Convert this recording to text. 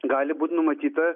gali būt numatyta